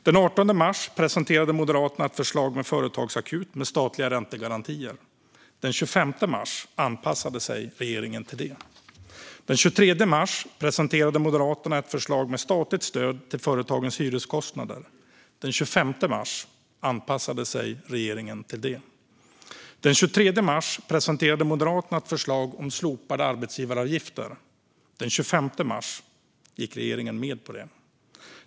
Den 18 mars presenterade Moderaterna ett förslag om företagsakut med statliga räntegarantier. Den 25 mars anpassade sig regeringen till det. Den 23 mars presenterade Moderaterna ett förslag om statligt stöd till företagens hyreskostnader. Den 25 mars anpassade sig regeringen till det. Den 23 mars presenterade Moderaterna ett förslag om slopade arbetsgivaravgifter. Den 25 mars gick regeringen med på det.